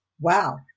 Wow